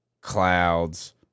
clouds